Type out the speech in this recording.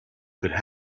could